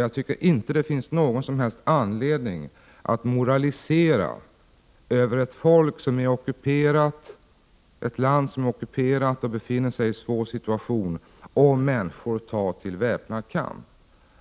Jag tycker inte att det finns någon som helst anledning att moralisera över ett land som är ockuperat och befinner sig i en svår situation, om människorna tillgriper väpnad kamp.